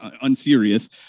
unserious